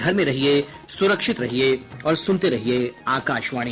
घर में रहिये सुरक्षित रहिये और सुनते रहिये आकाशवाणी